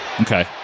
Okay